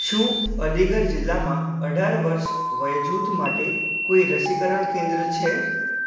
શું અલીગઢ જિલ્લામાં અઢાર વર્ષ વયજૂથ માટે કોઈ રસીકરણ કેન્દ્ર છે